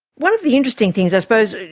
one of the interesting things i suppose,